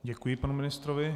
Děkuji panu ministrovi.